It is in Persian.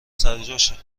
سرجاشه